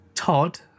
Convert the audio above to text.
Todd